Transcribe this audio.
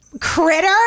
Critter